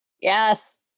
yes